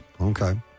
Okay